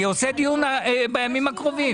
אני עושה דיון בימים הקרובים.